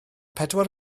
pedwar